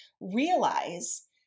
realize